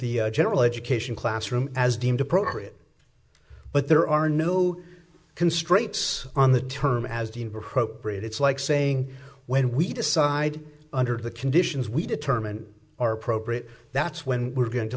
the general education classroom as deemed appropriate but there are no constraints on the term as a brit it's like saying when we decide under the conditions we determine are appropriate that's when we're going to